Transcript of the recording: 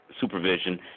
supervision